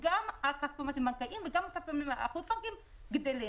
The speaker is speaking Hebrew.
שגם הכספומטים הבנקאיים וגם הכספומטים החוץ-בנקאיים גדלים.